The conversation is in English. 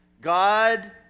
God